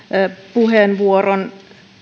puheenvuoron